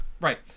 Right